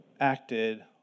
acted